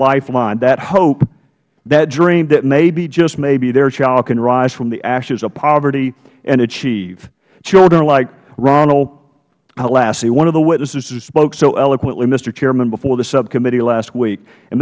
lifeline that hope that dream that maybe just maybe their child can rise from the ashes of poverty and achieve children like ronald holassie one of the witnesses who spoke so eloquently mister chairman before the subcommittee last week and